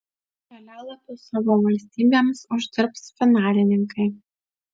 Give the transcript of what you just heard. kelialapius savo valstybėms uždirbs finalininkai